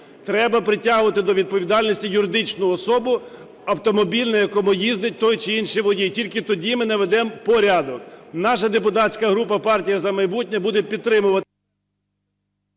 Треба притягувати до відповідальності юридичну особу, автомобіль, на якому їздить той чи інший водій. Тільки тоді ми наведемо порядок. Наша депутатська група "Партія "За майбутнє" буде підтримувати…